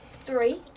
Three